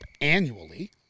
annually